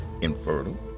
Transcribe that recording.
infertile